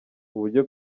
uburyo